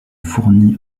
fournit